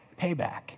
payback